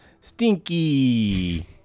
stinky